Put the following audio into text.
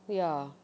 ya